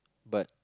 but